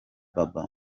baba